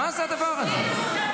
מה זה הדבר הזה?